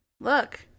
look